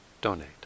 donate